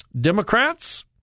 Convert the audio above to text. Democrats